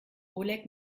oleg